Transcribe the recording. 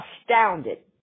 astounded